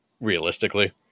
realistically